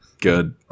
Good